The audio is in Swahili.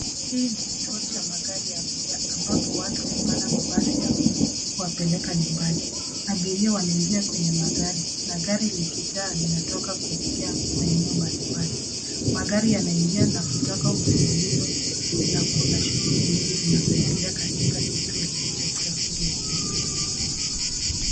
Hii ni kituo cha magari ya abiria ambapo watu hupanda mabasi ya kuwapeleka nyumbani. Abiria wanaingia kwenye magari na gari likijaa linatoka kuelekea maeneo mbalimbali. Magari yanaingia na kutoka mfululizo na kuna shughuli nyingi zinazoendelea katika kituo hiki cha usafiri wa umma.